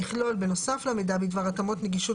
יכלול בנוסף למידע בדבר התאמות הנגישות